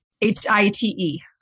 H-I-T-E